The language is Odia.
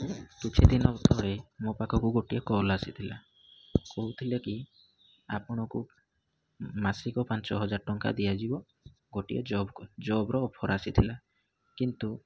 କିଛି ଦିନ ତଳେ ମୋ ପାଖକୁ ଗୋଟିଏ କଲ୍ ଆସିଥିଲା କହୁଥିଲେ କି ଆପଣଙ୍କୁ ମାସିକ ପାଞ୍ଚ ହଜାର ଟଙ୍କା ଦିଆଯିବ ଗୋଟିଏ ଜବ୍ ଜବ୍ର ଅଫର୍ ଆସିଥିଲା କିନ୍ତୁ